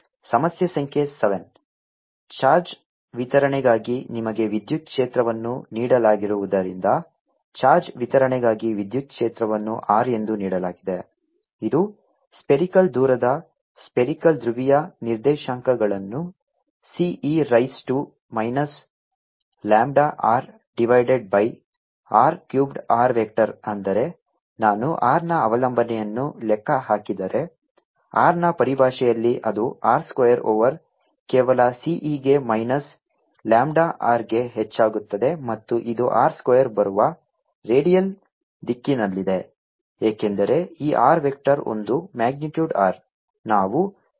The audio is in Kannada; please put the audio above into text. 2αxxβyy 3γzz0 2αβ 3γ0 36 20 ಸಮಸ್ಯೆ ಸಂಖ್ಯೆ 7 ಚಾರ್ಜ್ ವಿತರಣೆಗಾಗಿ ನಿಮಗೆ ವಿದ್ಯುತ್ ಕ್ಷೇತ್ರವನ್ನು ನೀಡಲಾಗಿರುವುದರಿಂದ ಚಾರ್ಜ್ ವಿತರಣೆಗಾಗಿ ವಿದ್ಯುತ್ ಕ್ಷೇತ್ರವನ್ನು r ಎಂದು ನೀಡಲಾಗಿದೆ ಇದು ಸ್ಫರಿಕಾಲ್ ದೂರದ ಸ್ಫರಿಕಾಲ್ ಧ್ರುವೀಯ ನಿರ್ದೇಶಾಂಕಗಳನ್ನು C e raise to minus lambda r divided by r cubed r vector ಅಂದರೆ ನಾನು r ನ ಅವಲಂಬನೆಯನ್ನು ಲೆಕ್ಕ ಹಾಕಿದರೆ r ನ ಪರಿಭಾಷೆಯಲ್ಲಿ ಅದು r ಸ್ಕ್ವೇರ್ ಓವರ್ ಕೇವಲ C e ಗೆ ಮೈನಸ್ ಲ್ಯಾಂಬ್ಡಾ r ಗೆ ಹೆಚ್ಚಾಗುತ್ತದೆ ಮತ್ತು ಇದು r ಸ್ಕ್ವೇರ್ ಬರುವ ರೇಡಿಯಲ್ ದಿಕ್ಕಿನಲ್ಲಿದೆ ಏಕೆಂದರೆ ಈ r ವೆಕ್ಟರ್ ಒಂದು ಮ್ಯಾಗ್ನಿಟ್ಯೂಡ್ r